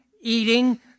eating